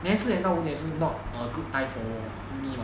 then 四点到五点是 not a good time for 我 meet lor